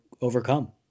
overcome